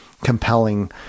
compelling